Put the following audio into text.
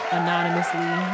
anonymously